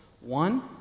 One